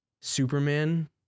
Superman